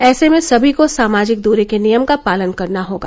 ऐसे में सभी को सामाजिक दूरी के नियम का पालन करना होगा